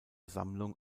sammlung